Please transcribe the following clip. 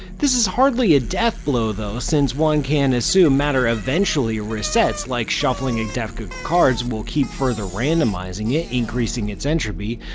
this is hardly a death blow though, since one can assume matter eventually resets, like shuffling a deck cards will keep further randomizing it, increasing its entropy,